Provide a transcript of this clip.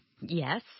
Yes